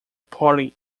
party